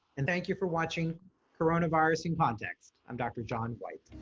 and thank you for watching coronavirus in context. i'm dr. john whyte.